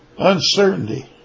Uncertainty